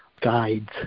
guides